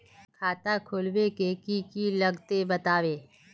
खाता खोलवे के की की लगते बतावे?